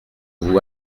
vous